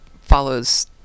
follows